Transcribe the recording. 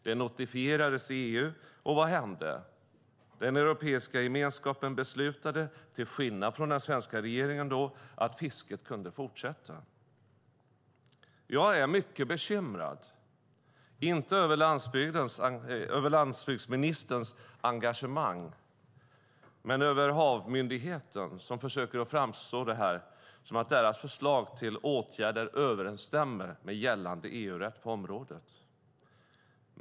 Det notifierades i EU, och vad hände? Den europeiska gemenskapen beslutade till skillnad från den svenska regeringen att fisket kunde fortsätta. Jag är mycket bekymrad - inte över landsbygdsministerns engagemang, utan över Havs och vattenmyndigheten som försöker framställa det här som att deras förslag till åtgärder överensstämmer med gällande EU-rätt på området.